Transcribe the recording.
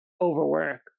overwork